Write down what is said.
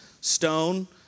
stone